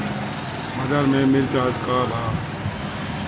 बाजार में मिर्च आज का बा?